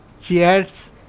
Cheers